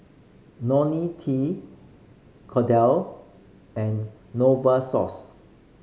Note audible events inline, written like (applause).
(unintelligible) T Kordel and Novosource